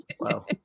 Wow